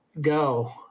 go